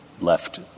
left